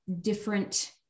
different